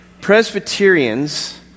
Presbyterians